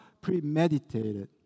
premeditated